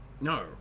no